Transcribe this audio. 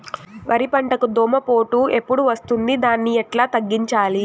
వరి పంటకు దోమపోటు ఎప్పుడు వస్తుంది దాన్ని ఎట్లా తగ్గించాలి?